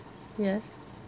yes